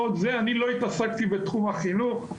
אני לא עסקתי בתחום החינוך.